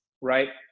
Right